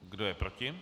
Kdo je proti?